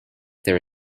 there